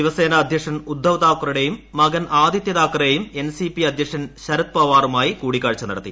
ശിവസേന അധ്യക്ഷൻ ഉദ്ദവ് താക്കറേയും മകൻ ആദിത്യ താക്കറേയും എൻസിപി അധ്യക്ഷൻ ശരത് പവാറുമായി കൂടിക്കാഴ്ച നടത്തി